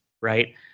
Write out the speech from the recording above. right